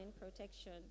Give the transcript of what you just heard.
protection